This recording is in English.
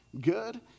good